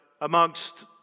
amongst